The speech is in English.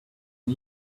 are